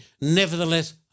nevertheless